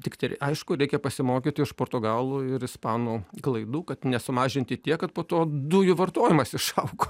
tiktai aišku reikia pasimokyti iš portugalų ir ispanų klaidų kad nesumažinti tiek kad po to dujų vartojimas išaugo